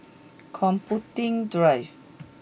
computing drive